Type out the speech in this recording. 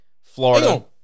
Florida